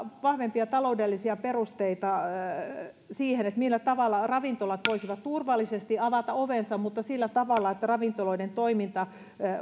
vahvempia taloudellisia perusteita sille millä tavalla ravintolat voisivat turvallisesti avata ovensa mutta sillä tavalla että ravintoloiden toiminta